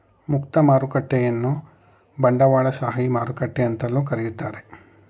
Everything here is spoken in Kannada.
ಮುಕ್ತ ಮಾರುಕಟ್ಟೆಯನ್ನ ಬಂಡವಾಳಶಾಹಿ ಮಾರುಕಟ್ಟೆ ಅಂತಲೂ ಕರೀತಾರೆ